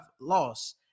loss